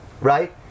right